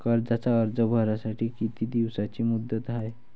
कर्जाचा अर्ज भरासाठी किती दिसाची मुदत हाय?